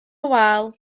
wal